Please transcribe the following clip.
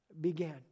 began